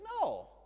No